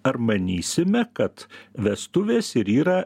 ar manysime kad vestuvės ir yra